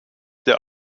der